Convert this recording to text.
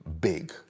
big